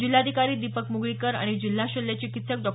जिल्हाधिकारी दीपक मुगळीकर आणि जिल्हा शल्य चिकित्सक डॉ